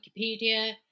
Wikipedia